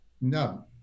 No